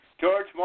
George